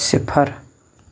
صِفر